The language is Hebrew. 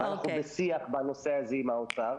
אנחנו בשיח בנושא הזה עם האוצר.